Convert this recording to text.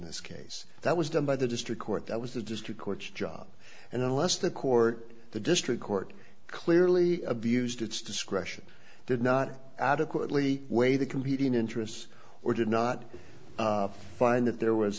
this case that was done by the district court that was the district court's job and unless the court the district court clearly abused its discretion did not adequately weigh the competing interests or did not find that there was